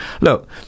look